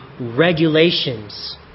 regulations